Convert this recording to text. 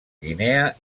guinea